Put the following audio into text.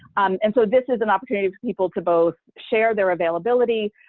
and so this is an opportunity for people to both share their availability,